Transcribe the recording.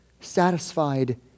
satisfied